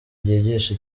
ryigisha